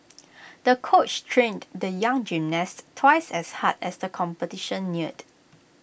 the coach trained the young gymnast twice as hard as the competition neared